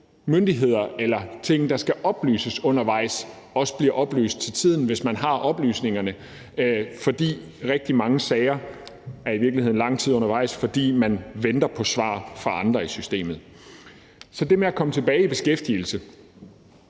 nogle af de ting, der skal oplyses undervejs, også bliver oplyst til tiden, hvis man har oplysningerne. For rigtig mange sager er i virkeligheden lang tid undervejs, fordi man venter på svar fra andre i systemet. Så det med at komme tilbage i beskæftigelse